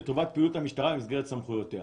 לטובת פעילות המשטרה במסגרת סמכויותיה.